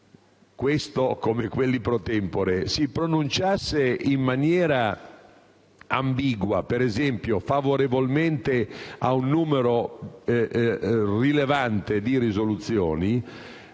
questo come quelli *pro tempore* - si pronunciasse in maniera ambigua, per esempio favorevolmente a un numero rilevante di risoluzioni,